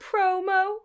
promo